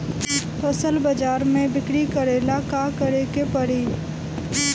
फसल बाजार मे बिक्री करेला का करेके परी?